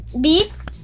beats